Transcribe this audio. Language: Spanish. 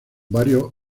varios